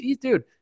dude